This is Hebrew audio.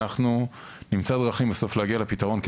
אנחנו נמצא בסוף דרכים להגיע לפתרון כי